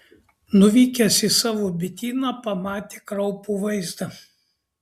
nuvykęs į savo bityną pamatė kraupų vaizdą